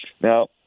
Now